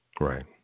Right